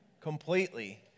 completely